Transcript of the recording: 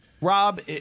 Rob